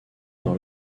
dans